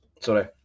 sorry